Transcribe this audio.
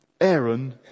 aaron